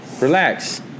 Relax